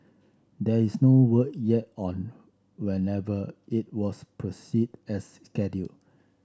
there is no word yet on whenever it was proceed as scheduled